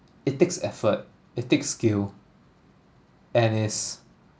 it takes effort it takes skill and it's